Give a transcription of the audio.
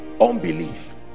unbelief